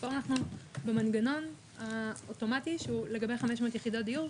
פה אנחנו במנגנון אוטומטי שהוא לגבי 500 יחידות דיור.